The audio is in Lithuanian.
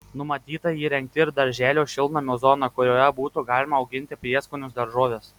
numatyta įrengti ir darželio šiltnamio zoną kurioje būtų galima auginti prieskonius daržoves